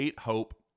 Hope